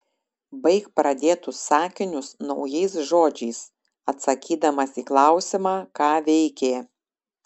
baik pradėtus sakinius naujais žodžiais atsakydamas į klausimą ką veikė